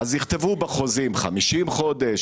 יכתבו בחוזים 50 חודשים,